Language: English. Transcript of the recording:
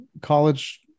college